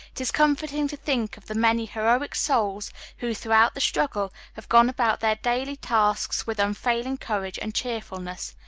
it is comforting to think of the many heroic souls who, throughout the struggle, have gone about their daily tasks with unfailing courage and cheerfulness,